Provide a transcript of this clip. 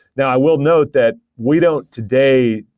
now, i will note that we don't, today,